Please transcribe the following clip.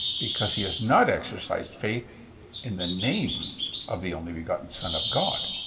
because he has not exercised faith in the name of the only-begotten son of god.